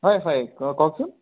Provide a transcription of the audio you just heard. হয় হয় ক কওকচোন